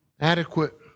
adequate